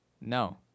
No